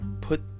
put